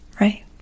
right